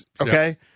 Okay